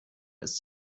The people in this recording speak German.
ist